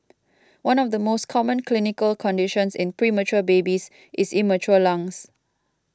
one of the most common clinical conditions in premature babies is immature lungs